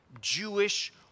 Jewish